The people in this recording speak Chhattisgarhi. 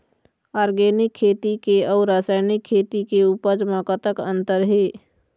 ऑर्गेनिक खेती के अउ रासायनिक खेती के उपज म कतक अंतर हे?